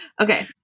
Okay